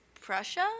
Prussia